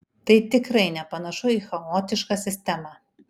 tai tikrai nepanašu į chaotišką sistemą